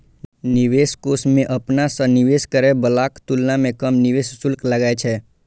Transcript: निवेश कोष मे अपना सं निवेश करै बलाक तुलना मे कम निवेश शुल्क लागै छै